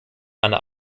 einer